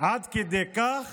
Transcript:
עד כדי כך